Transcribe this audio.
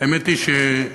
האמת היא שאני,